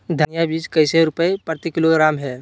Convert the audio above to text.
धनिया बीज कैसे रुपए प्रति किलोग्राम है?